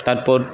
তারপর